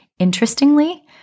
Interestingly